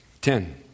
Ten